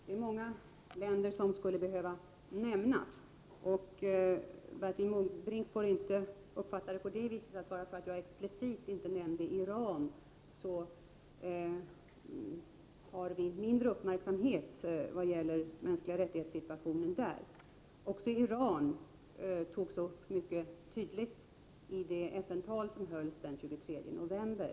Fru talman! Det är många länder som skulle behöva nämnas. Bertil Måbrink får inte uppfatta detta att jag inte explicit nämnde Iran på det viset att vi är mindre uppmärksamma på situationen när det gäller de mänskliga rättigheterna där. Också Iran togs upp mycket tydligt i det FN-tal som hölls den 23 november.